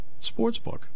Sportsbook